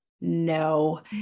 no